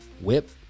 Whip